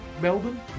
Melbourne